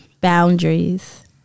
Boundaries